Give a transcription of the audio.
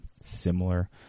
similar